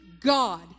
God